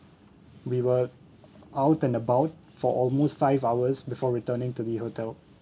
we were out and about for almost five hours before returning to the hotel